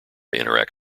interact